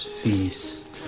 feast